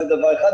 זה דבר אחד,